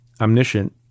omniscient